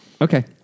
Okay